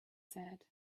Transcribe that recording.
said